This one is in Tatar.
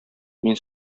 мин